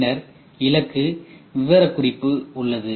பின்னர் இலக்கு விவரக்குறிப்பு உள்ளது